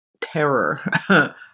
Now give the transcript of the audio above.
terror